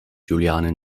juliane